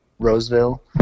Roseville